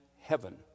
heaven